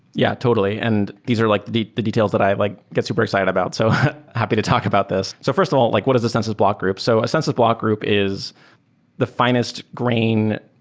yeah, totally, and these are like the the details that i like get super excited about. so happy to talk about this. so first of all, like what is a census block group? so a census block group is the fi nest grain,